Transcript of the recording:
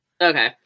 Okay